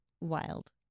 wild